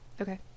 Okay